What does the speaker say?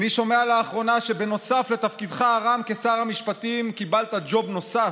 אני שומע לאחרונה שנוסף על תפקידך הרם כשר המשפטים קיבלת ג'וב נוסף,